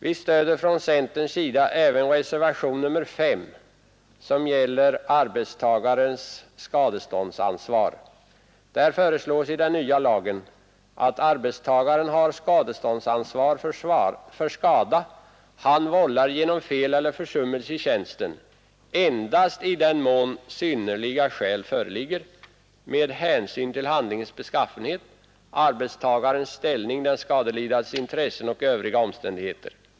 Vi stöder från centerns sida även reservationen 5, som gäller arbetstagares skadeståndsansvar. Där föreslås i den nya lagen, att arbetstagaren har skadeståndsansvar för skada, som han vållar genom fel eller försummelse i tjänsten endast i den mån synnerliga skäl föreligger med hänsyn till handlingens beskaffenhet, arbetstagarens ställning, den skadelidandes intresse och övriga omständigheter.